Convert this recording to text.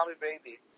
baby